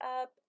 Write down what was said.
up